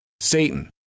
Satan